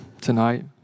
tonight